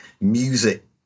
music